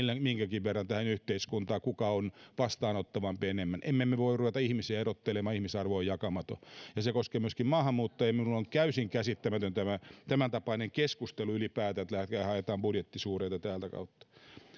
minkäkin verran tähän yhteiskuntaan kuka on vastaanottavampi enemmän emme me me voi ruveta ihmisiä erottelemaan ihmisarvo on jakamaton ja se koskee myöskin maahanmuuttajia ja minulle on täysin käsittämätön tämäntapainen keskustelu ylipäätään että haetaan budjettisuureita täältä kautta